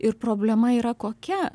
ir problema yra kokia